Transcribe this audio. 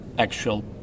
actual